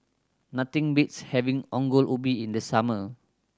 nothing beats having Ongol Ubi in the summer